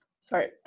Sorry